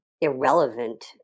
irrelevant